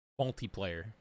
multiplayer